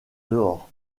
dehors